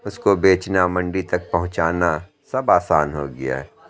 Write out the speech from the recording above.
اُس کو بیچنا منڈی تک پہنچانا سب آسان ہو گیا ہے